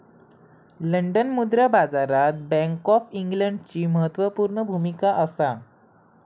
London मुद्रा बाजारात bank of इंग्लंडची म्हत्त्वापूर्ण भुमिका असा